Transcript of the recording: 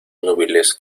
núbiles